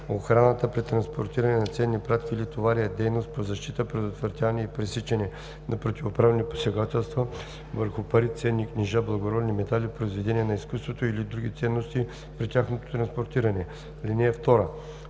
Охраната при транспортиране на ценни пратки или товари е дейност по защита, предотвратяване и пресичане на противоправни посегателства върху пари, ценни книжа, благородни метали, произведения на изкуството или други ценности при тяхното транспортиране. (2)